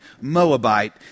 Moabite